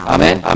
Amen